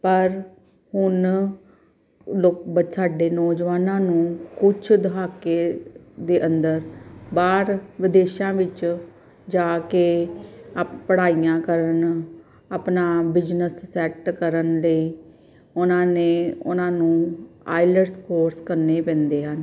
ਪਰ ਹੁਣ ਸਾਡੇ ਨੌਜਵਾਨਾਂ ਨੂੰ ਕੁਝ ਦਹਾਕੇ ਦੇ ਅੰਦਰ ਬਾਹਰ ਵਿਦੇਸ਼ਾਂ ਵਿੱਚ ਜਾ ਕੇ ਆ ਪੜ੍ਹਾਈਆਂ ਕਰਨ ਆਪਣਾ ਬਿਜਨਸ ਸੈਟ ਕਰਨ ਦੇ ਉਹਨਾਂ ਨੇ ਉਹਨਾਂ ਨੂੰ ਆਈਲੈਟਸ ਕੋਰਸ ਕਰਨੇ ਪੈਂਦੇ ਹਨ